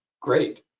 great,